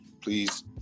please